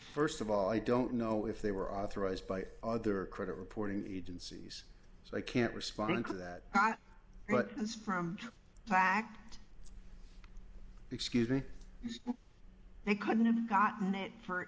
fit st of all i don't know if they were authorized by other credit reporting agencies so i can't respond to that but that's from fact excuse me i couldn't have gotten it for